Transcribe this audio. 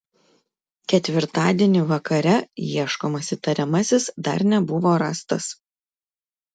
ketvirtadienį vakare ieškomas įtariamasis dar nebuvo rastas